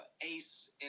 Ace